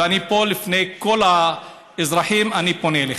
ואני פה, לפני כל האזרחים, אני פונה אליך.